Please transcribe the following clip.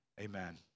Amen